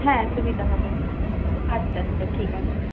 হ্যাঁ সুবিধা হবে আচ্ছা আচ্ছা ঠিক আছে